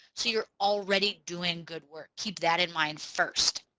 so you're already doing good work keep that in mind first.